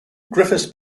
griffiths